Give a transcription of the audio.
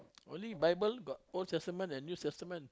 only bible got old testament and new testament